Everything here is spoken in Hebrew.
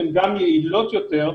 הן גם יעילות יותר.